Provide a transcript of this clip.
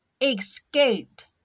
escaped